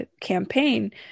campaign